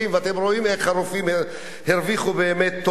אתם רואים איך הרופאים הרוויחו באמת טוב מאוד.